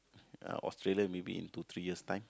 Australia maybe in two three years' time